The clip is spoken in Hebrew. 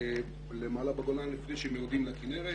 למעלה בגולן לפני שהם יורדים לכינרת,